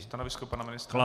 Stanovisko pana ministra?